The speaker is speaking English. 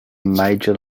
major